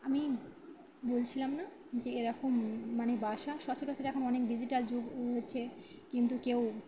আমি বলছিলাম না যে এ রকম মানে বাসা সচরাচর এখন অনেক ডিজিটাল যুগ রয়েছে কিন্তু কেউ